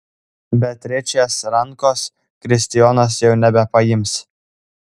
beatričės rankos kristijonas jau nebepaims